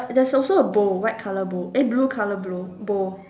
there's also a bowl a white colour bowl eh blue colour blow bowl